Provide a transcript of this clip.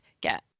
get